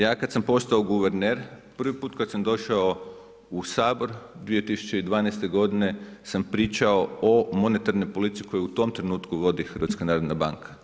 Ja kad sam postao guverner, prvi put kad sam došao u Sabor 2012. godine sam pričao o monetarnoj politici koju u tom trenutku vodi HNB.